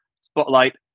spotlight